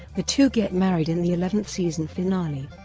the two get married in the eleventh season finale.